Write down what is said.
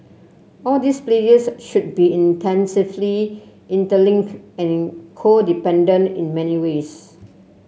all these players should be intensively interlink and in codependent in many ways